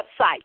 website